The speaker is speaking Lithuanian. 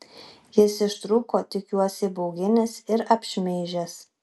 jis ištrūko tik juos įbauginęs ir apšmeižęs